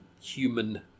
human